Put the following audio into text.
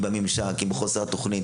הממשק והחוסר בתוכנית.